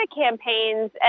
campaigns